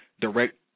direct